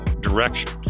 direction